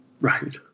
Right